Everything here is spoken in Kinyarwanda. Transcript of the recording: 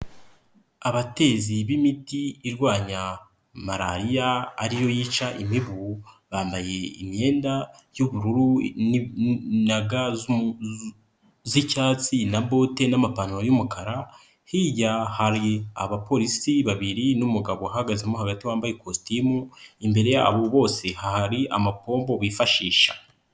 Abatezi b'imiti irwanya Malariya ariyo yica imibu bambaye imyenda y'ubururu na ga z'icyatsi na bote n'amapantaro y'umukara hirya hari abapolisi babiri n'umugabo uhagaze hagati wambaye ikositimu imbere yabo bose hari amapombo bifashisha.